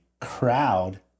crowd